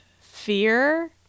fear